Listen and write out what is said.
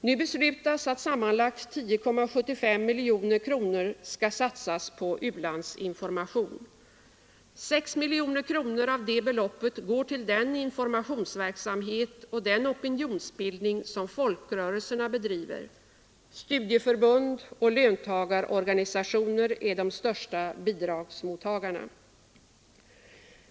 Nu beslutas att sammanlagt 10,75 miljoner kronor skall satsas på u-landsinformation. Av detta belopp går 6 miljoner kronor till den informationsverksamhet och den opinionsbildning som folkrörelserna bedriver. Studieförbund och löntagarorganisationer är de största bidragsmottagarna.